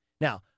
Now